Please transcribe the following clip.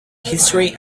history